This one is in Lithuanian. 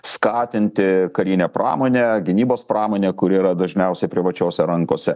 skatinti karinę pramonę gynybos pramonę kuri yra dažniausiai privačiose rankose